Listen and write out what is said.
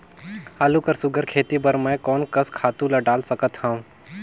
आलू कर सुघ्घर खेती बर मैं कोन कस खातु ला डाल सकत हाव?